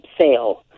sale